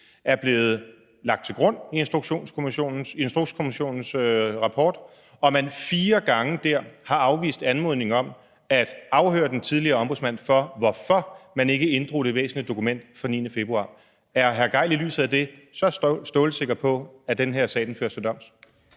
er blevet lagt til grund i Instrukskommissionens rapport, og at man fire gange der har afvist anmodningen om at afhøre den tidligere ombudsmand om, hvorfor man ikke inddrog det væsentlige dokument fra den 9. februar. Er hr. Torsten Gejl i lyset af det så stålsat sikker på, at den her sag fører til dom?